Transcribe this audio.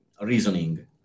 reasoning